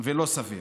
ולא סביר.